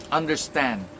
understand